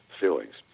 feelings